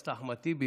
חבר הכנסת אחמד טיבי,